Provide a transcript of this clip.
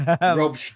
Rob